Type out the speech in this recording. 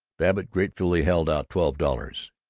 babbitt gratefully held out twelve dollars.